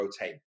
rotate